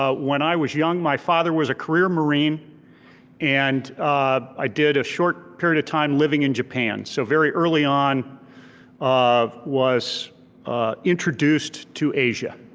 ah when i was young, my father was a career marine and i did a short period of time living in japan, so very early on was introduced to asia.